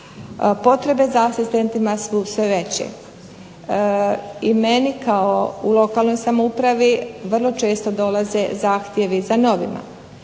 Potrebe za asistentima su sve veće. I meni kao u lokalnoj samoupravi vrlo često dolaze zahtjevi za novima.